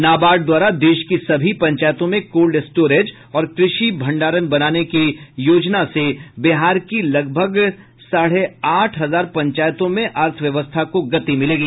नाबार्ड द्वारा देश की सभी पंचायतों में कोल्ड स्टोरेज और कृषि भंडार बनाने की योजना से बिहार की लगभग साढ़े आठ हजार पंचायतों में अर्थव्यवस्था को गति मिलेगी